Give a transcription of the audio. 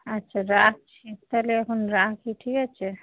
আচ্ছা রাখছি তাহলে এখন রাখি ঠিক আছে